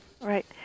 right